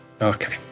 Okay